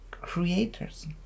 Creators